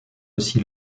aussi